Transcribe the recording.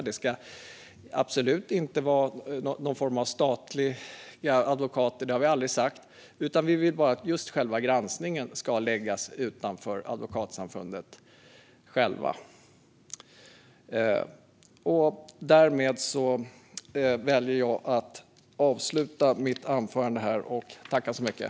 Det ska absolut inte vara någon form av statliga advokater. Det har vi aldrig sagt. Vi vill bara att själva granskningen ska läggas utanför Advokatsamfundet.